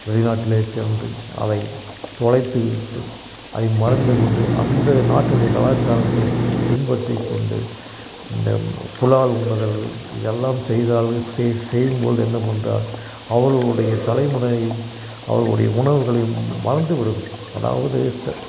வெளிநாட்டில் சென்று அவை தொலைத்துவிட்டு அதை மறந்து கொண்டு அந்த நாட்டுடைய கலாச்சாரத்தை பின்பற்றி கொண்டு இந்த புலால் உண்ணுதல் இதெல்லாம் செய்தால்கள் செய் செய்யும்பொழுது என்ன பண்ணுறா அவர்களுடைய தலைமுறையும் அவர்களுடைய உணவுகளையும் மறந்து விடும் அதாவது ச